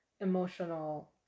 emotional